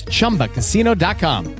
Chumbacasino.com